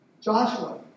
Joshua